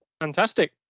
Fantastic